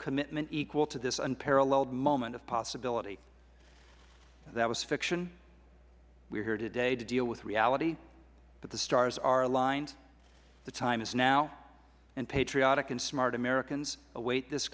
commitment equal to this unparalleled moment of possibility that was fiction we are here today to deal with reality but the stars are aligned the time is now and patriotic and smart americans await this